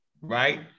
right